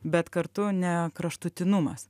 bet kartu ne kraštutinumas